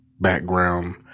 background